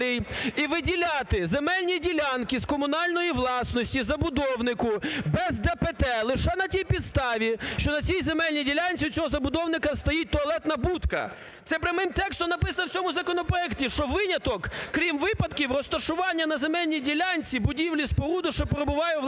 і виділяти земельні ділянки з комунальної власності забудовнику без ДПТ, лише на тій підставі, що на цій земельній ділянці у цього забудовника стоїть туалетна будка. Це прямим текстом написано в цьому законопроекті, що виняток – крім випадків розташування на земельній ділянці будівлі, споруди, що перебуває у власності